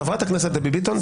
חברת הכנסת דבי ביטון, בבקשה.